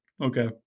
Okay